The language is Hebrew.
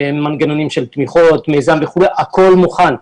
מנגנונים של תמיכות, מיזם הכול מוכן.